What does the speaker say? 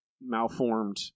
malformed